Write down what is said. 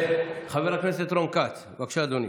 חבר הכנסת רון כץ, בבקשה, אדוני.